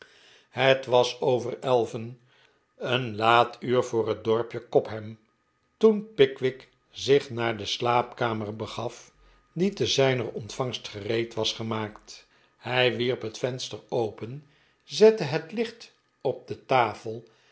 het was over elven een laat uur voor het dorpje cobham toen pickwick zich naar de slaapkamer begaf die te zijner ontvangst gereed was gemaakt hij wierp het venster open zette het licht op de tafel